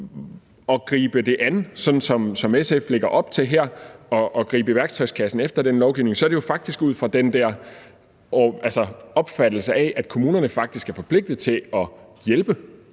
at gribe det an, sådan som SF lægger op til her, ved at gribe i værktøjskassen efter lovgivning, så er det jo ud fra den opfattelse, at kommunerne faktisk er forpligtet til at hjælpe,